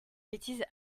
bétises